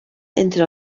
entre